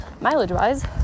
mileage-wise